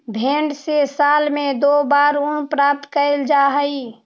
भेंड से साल में दो बार ऊन प्राप्त कैल जा हइ